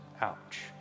ouch